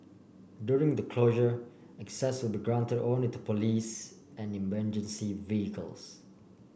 during the closure access will be granted only to police and emergency vehicles